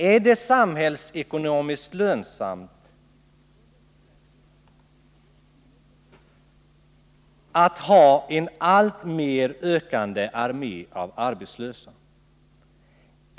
Är det samhällsekonomiskt lönsamt att ha en alltmer ökande armé av arbetslösa?